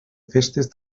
festes